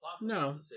No